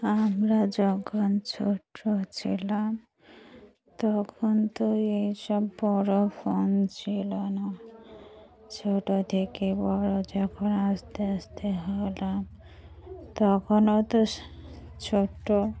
আমরা যখন ছোটো ছিলাম তখন তো এইসব বড়ো ফোন ছিল না ছোটো থেকে বড়ো যখন আস্তে আস্তে হলাম তখনও তো ছোট্টো